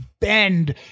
bend